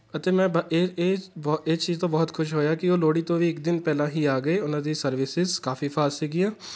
ਅੱਛਾ ਮੈਂ ਬਾ ਇਹ ਇਹ ਬਹੁ ਇਹ ਚੀਜ਼ ਤੋਂ ਬਹੁਤ ਖੁਸ਼ ਹੋਇਆ ਕਿ ਉਹ ਲੋਹੜੀ ਤੋਂ ਵੀ ਇੱਕ ਦਿਨ ਪਹਿਲਾਂ ਹੀ ਆ ਗਏ ਉਹਨਾਂ ਦੀ ਸਰਵਿਸਿਸ ਕਾਫੀ ਫਾਸਟ ਸੀਗੀਆਂ